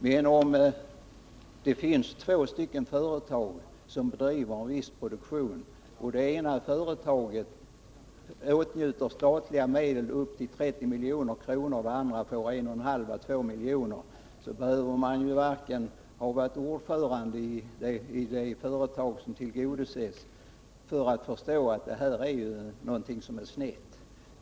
Men om det finns två företag som bedriver en viss produktion, och det ena företaget åtnjuter statliga medel på upp till 30 milj.kr. och det andra får 1,5—2 milj.kr., behöver man inte ha varit ordförande i det företag som tillgodoses för att förstå att det är någonting som är snett.